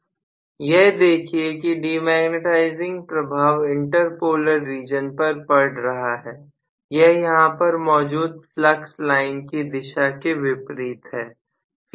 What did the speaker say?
professor यह देखिए की डिमैग्नेटाइजिंग प्रभाव इंटर पोलर रीजन पर पड़ रहा है यह यहां पर मौजूद फ्लक्स लाइन की दिशा के विपरीत है